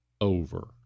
over